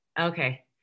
Okay